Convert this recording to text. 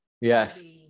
Yes